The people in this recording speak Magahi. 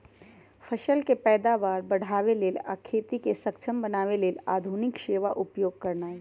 फसल के पैदावार बढ़ाबे लेल आ खेती के सक्षम बनावे लेल आधुनिक सेवा उपयोग करनाइ